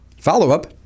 Follow-up